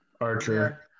Archer